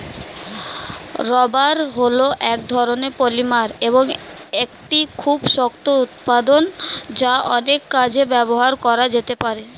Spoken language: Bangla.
রাবার হল এক ধরণের পলিমার এবং একটি খুব শক্ত উপাদান যা অনেক কাজে ব্যবহার করা যেতে পারে